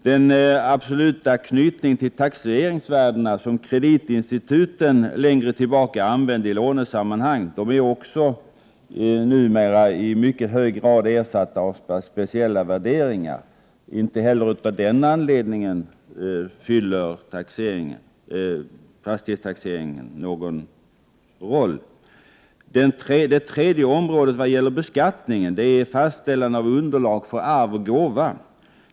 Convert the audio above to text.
Den absoluta knytning till taxeringsvärdena som kreditinstituten längre tillbaka använde i lånesammanhang är numera också i mycket hög grad ersatt av speciella värderingar. Inte heller av den anledningen fyller fastighetstaxeringen någon funktion. Det tredje området vad gäller beskattning är fastställande av underlag för arv och gåva.